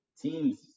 teams